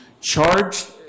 charged